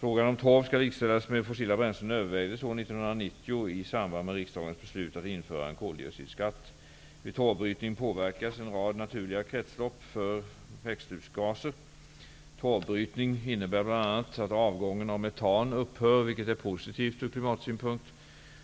Frågan om torv skall likställas med fossila bränslen övervägdes år 1990 i samband med riksdagens beslut att införa en koldioxidskatt. Vid torvbrytning påverkas en rad naturliga kretslopp för växthusgaser. Torvbrytning innebär bl.a. att avgången av metan upphör, vilket är positivt ur klimatsynpunkt.